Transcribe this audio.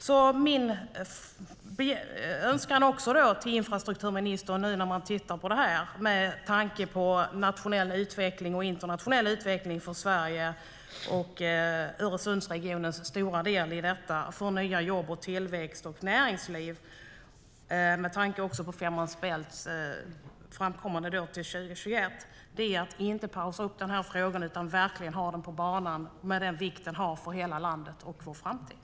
Jag har en önskan till infrastrukturministern när man tittar på det här med tanke på nationell och internationell utveckling för Sverige och Öresundsregionens stora del i detta för nya jobb, tillväxt och näringsliv. Det handlar också om färdigställande av Fehmarn bält-förbindelsen till 2021. Min önskan är att man inte pausar frågan utan verkligen har den på banan med den vikt den har för hela landet och för framtiden.